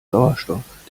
sauerstoff